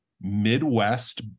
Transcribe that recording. Midwest